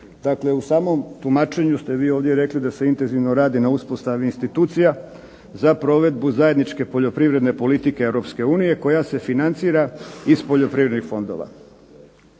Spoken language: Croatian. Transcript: Dakle, u samom tumačenju ste vi ovdje rekli da se radi intenzivno na uspostavi institucija za provedbu zajedničke poljoprivredne politike Europske unije koja se financira iz poljoprivrednih fondova.